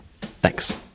Thanks